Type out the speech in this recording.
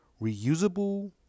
reusable